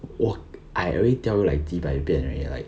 我 I already tell you like 几百遍 already like